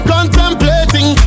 Contemplating